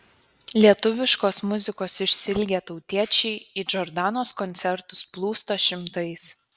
lietuviškos muzikos išsiilgę tautiečiai į džordanos koncertus plūsta šimtais